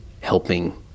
helping